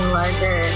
larger